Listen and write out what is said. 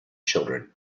children